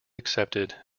accepted